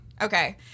Okay